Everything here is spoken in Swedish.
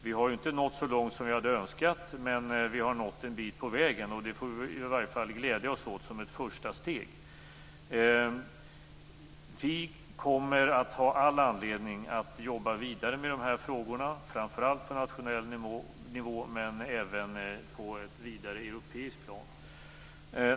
Vi har inte nått så långt som vi hade önskat, men vi har nått en bit på vägen. Det får vi väl i alla fall glädja oss åt som ett första steg. Vi kommer att ha all anledning att jobba vidare med de här frågorna, framför allt på nationell nivå, men även på ett vidare europeiskt plan.